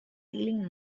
feeling